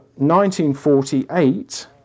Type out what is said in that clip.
1948